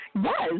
Yes